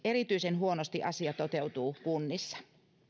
erityisen huonosti asia toteutuu kunnissa